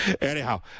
Anyhow